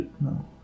no